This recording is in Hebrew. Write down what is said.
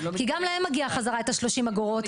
כי גם להם מגיע חזרה את ה-30 אגורות,